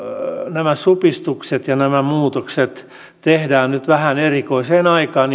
nämä supistukset ja nämä muutokset tehdään nyt vähän erikoiseen aikaan